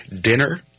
Dinner